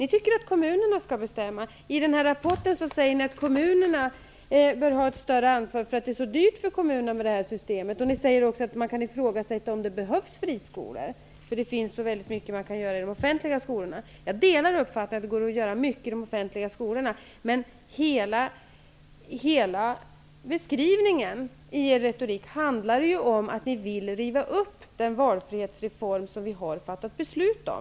Ni tycker att kommunerna skall bestämma. I rapporten säger ni att kommunerna bör ha ett större ansvar, för att det här systemet är så dyrt för kommunerna. Ni säger att man kan ifrågasätta om det behövs friskolor, för man kan göra så mycket i de offentliga skolorna. Jag delar uppfattningen att det går att göra mycket i de offentliga skolorna. Men hela beskrivningen i er retorik går ut på att ni vill riva upp den valfrihetsreform som vi har fattat beslut om.